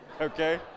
okay